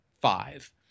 five